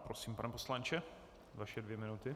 Prosím, pane poslanče, vaše dvě minuty.